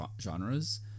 genres